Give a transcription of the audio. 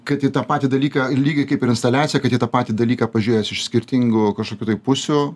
kad į tą patį dalyką lygiai kaip ir instaliacija kad į tą patį dalyką pažiūrėjęs iš skirtingų kažkokių tai pusių